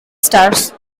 stars